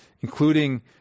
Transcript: including –